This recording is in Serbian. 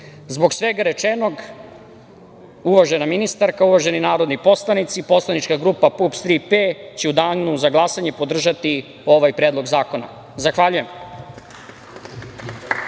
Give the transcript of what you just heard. svega rečenog, uvažena ministarka, uvaženi narodni poslanici, poslanička grupa PUPS – „Tri P“ će u danu za glasanje podržati ovaj predlog zakona. Zahvaljujem.